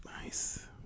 nice